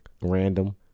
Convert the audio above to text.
random